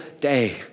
day